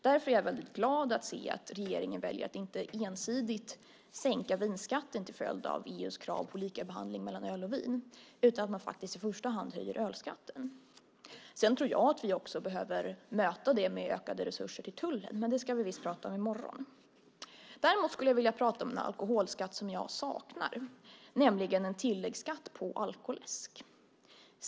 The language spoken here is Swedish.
Därför är jag glad att se att regeringen väljer att inte ensidigt sänka vinskatten till följd av EU:s krav på likabehandling av öl och vin, utan att man i första hand höjer ölskatten. Jag tror dock att vi också behöver möta det med ökade resurser till tullen, men det ska vi visst prata om i morgon. Däremot skulle jag vilja prata om en alkoholskatt som jag saknar, nämligen en tilläggsskatt på alkoläsk.